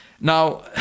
Now